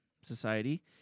society